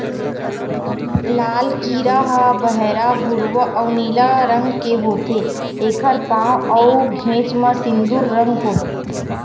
लाल कीरा ह बहरा भूरवा अउ नीला रंग के होथे, एखर पांव अउ घेंच म सिंदूर रंग होथे